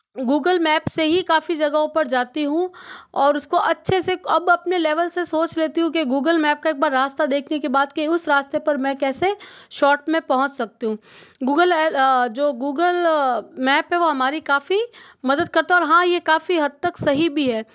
Google map से ही काफ़ी जगहों पर जाती हूँ और उसको अच्छे से अब अपने लेवल से सोच लेती हूँ कि गूगल मैप का एक बार रास्ता देखने के बाद के उस रास्ते पर मैं कैसे शॉर्ट में पहुँच सकती हूँ गूगल गूगल मैप है वो हमारी काफ़ी मदद करता और हाँ यह काफ़ी हद तक सही भी है